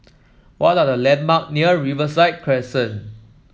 what are the landmarks near Riverside Crescent